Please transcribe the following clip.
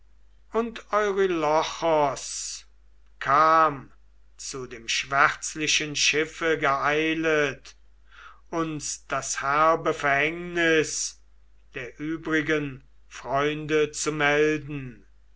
und eurylochos kam zu dem schwärzlichen schiffe geeilet uns das herbe verhängnis der übrigen freunde zu melden